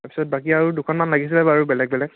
তাৰ পিছত বাকী আৰু দুখন মান লাগিছিলে বাৰু বেলেগ বেলেগ